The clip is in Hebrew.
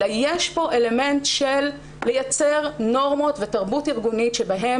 אלא יש פה אלמנט של לייצר נורמות ותרבות ארגונית שבהן